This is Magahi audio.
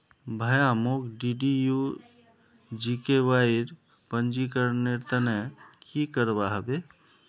भाया, मोक डीडीयू जीकेवाईर पंजीकरनेर त न की करवा ह बे